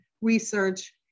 research